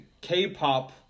K-pop